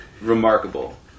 remarkable